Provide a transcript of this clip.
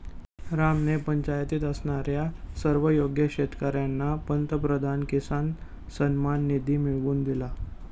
रामने पंचायतीत असणाऱ्या सर्व योग्य शेतकर्यांना पंतप्रधान किसान सन्मान निधी मिळवून दिला